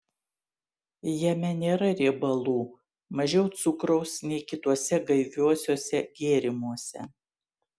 jame nėra riebalų mažiau cukraus nei kituose gaiviuosiuose gėrimuose